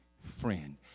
friend